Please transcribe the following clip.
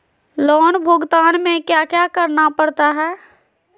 loan भुगतान में क्या क्या करना पड़ता है